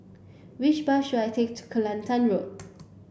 which bus should I take to Kelantan Road